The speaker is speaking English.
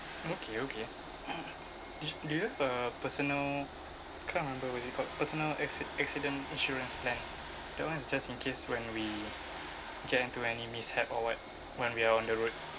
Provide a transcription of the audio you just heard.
okay okay d~ do you have a personal I can't remember what is it called personal acci~ accident insurance plan that [one] is just in case when we get into any mishap or what when we are on the road